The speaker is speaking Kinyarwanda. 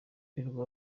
birirwa